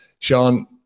Sean